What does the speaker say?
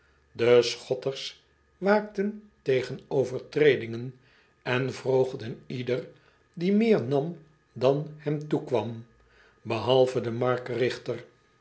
e chotters waakten tegen overtredingen en wroogden ieder die meer nam dan hem toekwam behalve den markerigter